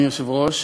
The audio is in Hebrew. אדוני היושב-ראש,